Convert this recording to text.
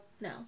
No